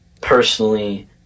personally